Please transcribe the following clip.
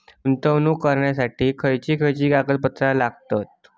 गुंतवणूक करण्यासाठी खयची खयची कागदपत्रा लागतात?